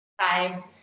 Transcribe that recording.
Hi